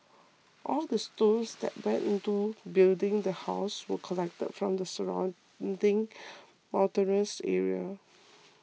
all the stones that went into building the house were collected from the surrounding mountainous area